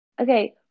Okay